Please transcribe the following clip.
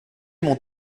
mon